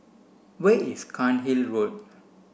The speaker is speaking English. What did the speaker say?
where is Cairnhill Road